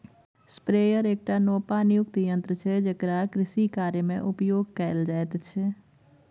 sprayer एकटा नोपानियुक्त यन्त्र छै जेकरा कृषिकार्यमे उपयोग कैल जाइत छै